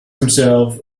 himself